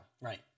Right